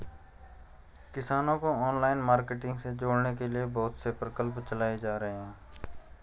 किसानों को online marketing से जोड़ने के लिए बहुत से प्रकल्प चलाए जा रहे हैं